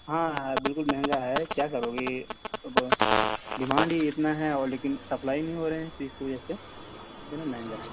ہاں ہاں بالکل مہنگا ہے کیا کرو گے اب ڈیمانڈ ہی اتنا ہے اور لیکن سپلائی نہیں ہو رہے ہیں تو اس کی وجہ سے جو ہے نا مہنگا ہے